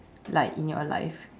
like in your life